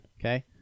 okay